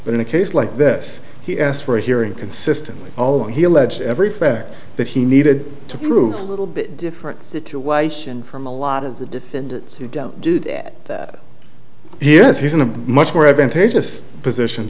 but in a case like this he asked for a hearing consistently although he alleged every fact that he needed to prove a little bit different situation from a lot of the defendants who don't do that here is he's in a much more advantageous position